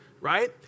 right